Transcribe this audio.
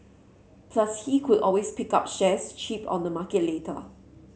plus he could always pick up shares cheap on the market later